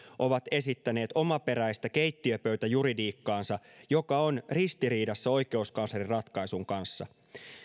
ovat esittäneet omaperäistä keittiönpöytäjuridiikkaansa joka on ristiriidassa oikeuskanslerin ratkaisun kanssa